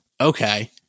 okay